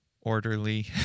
orderly